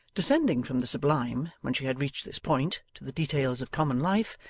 descending from the sublime when she had reached this point, to the details of common life,